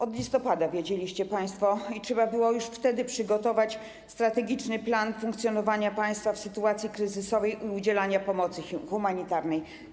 Od listopada wiedzieliście państwo i trzeba było już wtedy przygotować strategiczny plan funkcjonowania państwa w sytuacji kryzysowej i udzielania pomocy humanitarnej.